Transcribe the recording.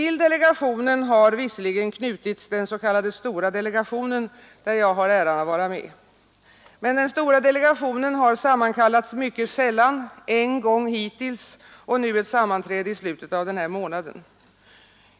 Till delegationen har visserligen knutits den s.k. stora delegationen, där jag har äran att vara med. Men den stora delegationen har sammankallats mycket sällan — en gång hittills och nu ett sammanträde i slutet av den här månaden.